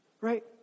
right